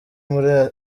muri